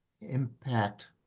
impact